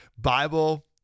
Bible